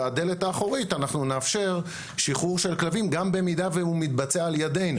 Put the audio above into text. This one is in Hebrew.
בדלת האחורית אנחנו נאפשר שחרור של כלבים גם במידה והוא מתבצע על ידינו.